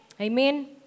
Amen